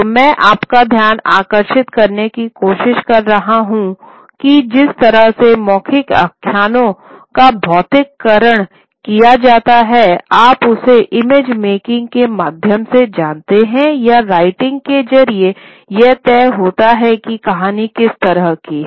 तो मैं आपका ध्यान आकर्षित करने की कोशिश कर रहा हूं की जिस तरह से मौखिक आख्यानों का भौतिकी करण किया जाता है आप उसे इमेज मेकिंग के माध्यम से जानते हैं या राइटिंग के जरिए यह तय होता है कि कहानी किस तरह की है